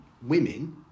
Women